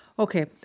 Okay